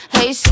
Hey